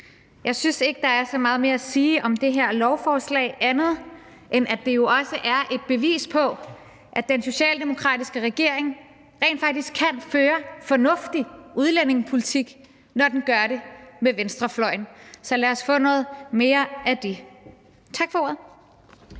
Jeg synes ikke, der er så meget mere at sige om det her lovforslag, andet end at det jo også er et bevis på, at den socialdemokratiske regering rent faktisk kan føre en fornuftig udlændingepolitik, når den gør det med venstrefløjen. Så lad os få noget mere af det. Tak for ordet.